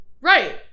Right